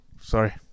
Sorry